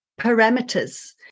parameters